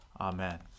Amen